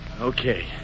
Okay